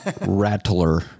Rattler